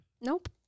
Nope